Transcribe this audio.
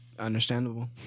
understandable